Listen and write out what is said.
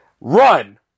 run